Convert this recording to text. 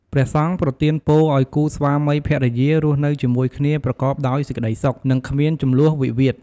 ព្រះសង្ឃប្រទានពរឲ្យគូស្វាមីភរិយារស់នៅជាមួយគ្នាប្រកបដោយសេចក្ដីសុខ និងគ្មានជម្លោះវិវាទ។